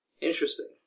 interesting